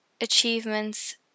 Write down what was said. achievements